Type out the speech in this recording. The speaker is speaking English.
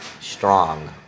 strong